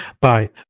bye